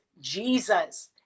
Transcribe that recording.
Jesus